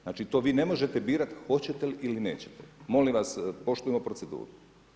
Znači to ne možete birati hoćete li ili nećete, molim vas poštujmo proceduru.